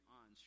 on